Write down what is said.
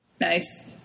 nice